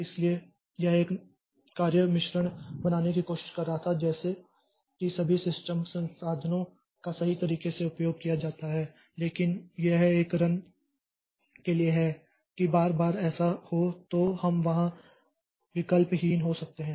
इसलिए यह एक नौकरी मिश्रण बनाने की कोशिश कर रहा था जैसे कि सभी सिस्टम संसाधनों का सही तरीके से उपयोग किया जाता है लेकिन यह एक रन के लिए है कि बार बार ऐसा हो तो हम वहां विकल्पहीन हो सकते हैं